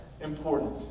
important